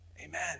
amen